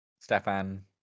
Stefan